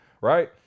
Right